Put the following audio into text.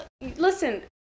listen